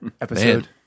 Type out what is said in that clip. Episode